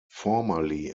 formerly